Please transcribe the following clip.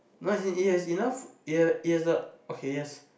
no as in it has enough it has it has the okay yes